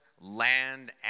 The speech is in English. land